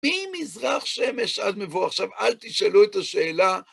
ממזרח שמש עד מבואו. עכשיו, אל תשאלו את השאלה